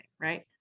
right